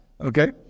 okay